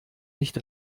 nicht